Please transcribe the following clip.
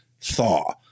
thaw